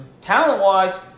Talent-wise –